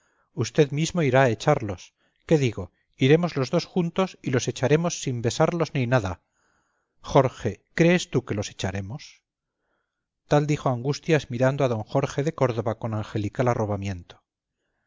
usted mismo irá a echarlos qué digo iremos los dos juntos y los echaremos sin besarlos ni nada jorge crees tú que los echaremos tal dijo angustias mirando a d jorge de córdoba con angelical arrobamiento el